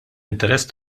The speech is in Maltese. interess